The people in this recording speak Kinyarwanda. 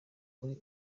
kuri